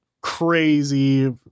crazy